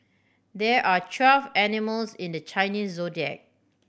there are twelve animals in the Chinese Zodiac